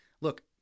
look